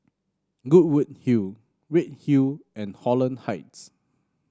Goodwood Hill Redhill and Holland Heights